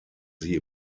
sie